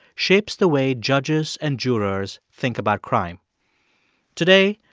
shapes the way judges and jurors think about crime today,